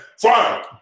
Fine